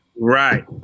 right